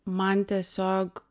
man tiesiog